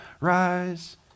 rise